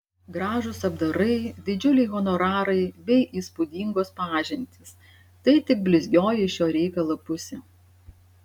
gražūs apdarai didžiuliai honorarai bei įspūdingos pažintys tai tik blizgioji šio reikalo pusė